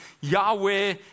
Yahweh